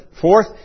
Fourth